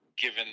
given